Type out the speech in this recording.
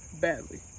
badly